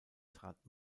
trat